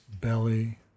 belly